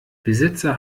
besitzer